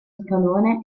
scalone